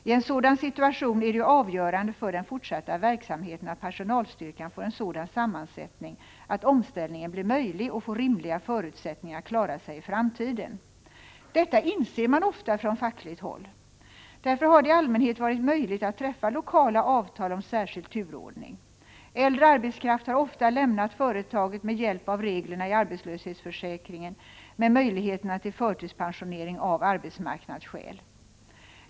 I en sådan situation är det ju avgörande för den fortsatta verksamheten att personalstyrkan får en sådan sammansättning att omställningen blir möjlig och får rimliga förutsättningar att klara sig i framtiden. Detta inser man ofta från fackligt håll. Därför har det i allmänhet varit möjligt att träffa lokala avtal om särskild turordning. Äldre arbetskraft har ofta lämnat företaget med hjälp av reglerna i arbetslöshetsförsäkringen med möjligheterna till förtidspensionering av arbetsmarknadsskäl.